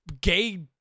gay